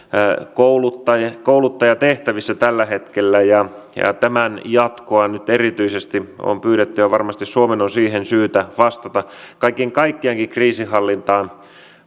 kouluttajatehtävissä tällä hetkellä ja tämän jatkoa nyt erityisesti on pyydetty ja varmasti suomen on siihen syytä vastata kaiken kaikkiaankin kriisinhallintaan